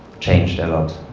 changed a a lot.